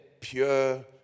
pure